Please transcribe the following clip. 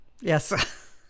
Yes